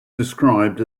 described